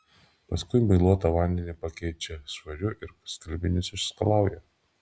paskui muiluotą vandenį pakeičia švariu ir skalbinius išskalauja